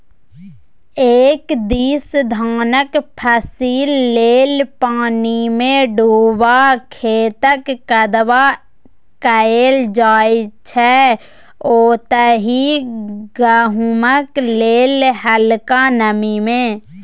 एक दिस धानक फसिल लेल पानिमे डुबा खेतक कदबा कएल जाइ छै ओतहि गहुँमक लेल हलका नमी मे